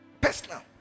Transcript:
Personal